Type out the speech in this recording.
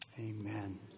Amen